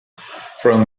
from